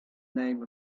name